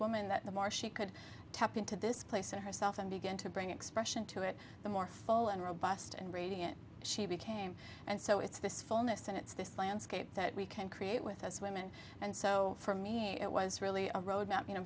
woman that the more she could tap into this place or herself and begin to bring expression to it the more full and robust and radiate she became and so it's this fullness and it's this landscape that we can create with us women and so for me it was really a roadmap you know